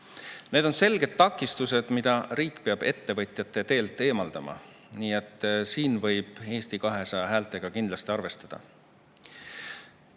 Need on selged takistused, mida riik peab ettevõtjate teelt eemaldama. Nii et siin võib Eesti 200 häältega kindlasti arvestada.